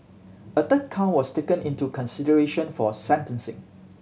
a third count was taken into consideration for sentencing